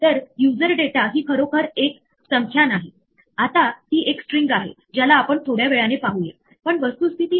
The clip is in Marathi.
तर पायथोन तत्काळ त्या सेमी कोलन कडे बोट दाखवते आणि म्हणते की ही एक सिंटॅक्स एरर आहे हा अवैध पायथोन सिंटॅक्स आहे